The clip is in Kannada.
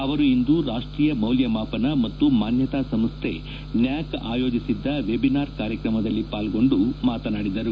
ಅವರು ಇಂದು ರಾಷ್ಟೀಯ ಮೌಲ್ಯಮಾಪನ ಮತ್ತು ಮಾನ್ಯತಾ ಸಂಸೈ ನ್ಯಾಕ್ ಆಯೋಜಿಸಿದ್ದ ವೆಬಿನಾರ್ ಕಾರ್ಯಕ್ರಮದಲ್ಲಿ ಪಾಲ್ಗೊಂಡು ಮಾತನಾಡಿದರು